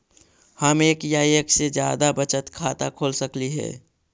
हम एक या एक से जादा बचत खाता खोल सकली हे?